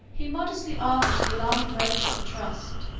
he modestly argued the alarming greatness of the trust,